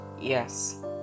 Yes